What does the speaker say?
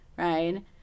Right